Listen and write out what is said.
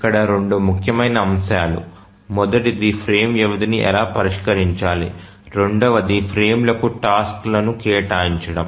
ఇక్కడ రెండు ముఖ్యమైన అంశాలు మొదటిది ఫ్రేమ్ వ్యవధిని ఎలా పరిష్కరించాలి రెండవది ఫ్రేమ్లకు టాస్క్ లను కేటాయించడం